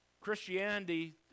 Christianity